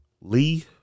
Lee